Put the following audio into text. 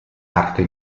arte